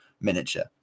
miniature